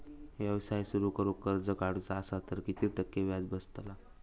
व्यवसाय सुरु करूक कर्ज काढूचा असा तर किती टक्के व्याज बसतला?